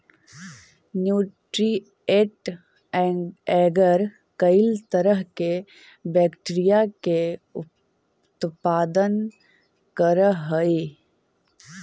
nutrient agar कईक तरह के बैक्टीरिया के उत्पादन करऽ हइ